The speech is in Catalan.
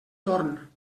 torn